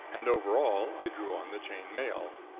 and over all i drew on the chain mail.